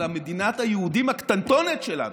על מדינת היהודים הקטנטונת שלנו.